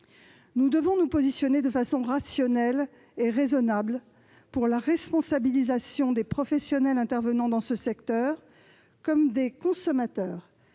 Nous devons nous positionner de façon rationnelle et raisonnable pour la responsabilisation des professionnels intervenant dans ce secteur, comme des consommateurs